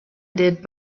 did